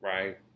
Right